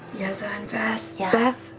yeza and vess,